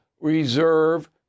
reserve